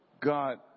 God